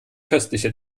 köstliche